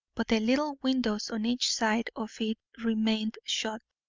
but the little windows on each side of it remained shut,